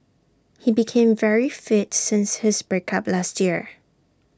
he became very fit since his break up last year